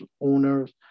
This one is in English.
owners